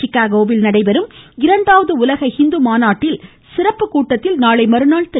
சிகாகோவில் நடைபெறும் இரண்டாவது உலக ஹிந்து மாநாட்டில் சிறப்பு கூட்டத்தில் நாளை மறுநாள் திரு